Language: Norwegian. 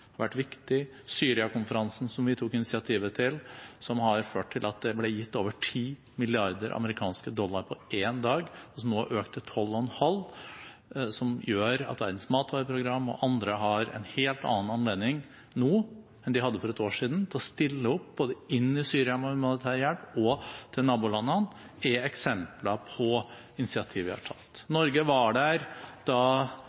har vært viktig. Det samme var Syria-konferansen som vi tok initiativet til, som har ført til at det ble gitt over 10 mrd. amerikanske dollar på én dag, som nå har økt til 12,5 mrd. dollar, noe som gjør at Verdens matvareprogram og andre nå har en helt annen anledning enn de hadde for ett år siden, til å stille opp med humanitær hjelp både inne i Syria og i nabolandene. Det er eksempler på initiativer vi har tatt. Norge var der da